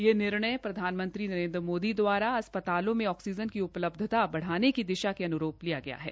यह निणय प्रधानमंत्री नरेन्द्र मोदी द्वारा अस्प्तालों में ऑक्सीजन की उपलब्धता बढ़ाने की दिशा के अन्रूप है